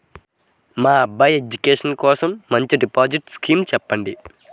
నా అబ్బాయి ఎడ్యుకేషన్ కోసం మంచి డిపాజిట్ స్కీం చెప్పండి